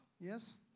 Yes